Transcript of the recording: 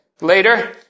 later